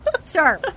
Sir